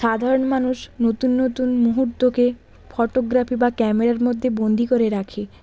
সাধারণ মানুষ নতুন নতুন মুহূর্তকে ফটোগ্রাফি বা ক্যামেরার মধ্যে বন্দি করে রাখে